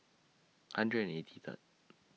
hundred and eighty Third